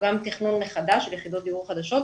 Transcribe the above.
הוא גם תכנון מחדש ליחידות הדיור החדשות,